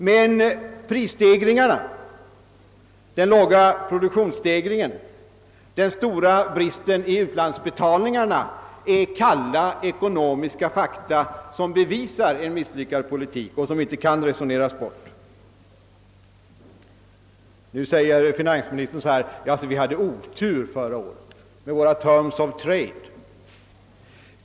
Men prisstegringen, den låga produktionsökningen och den stora bristen i utlandsbetalningarna är kalla ekonomiska fakta som bevisar att politiken misslyckats — något som inte kan resoneras bort. Nu säger finansministern att vi hade otur förra året med våra terms of trade.